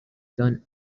done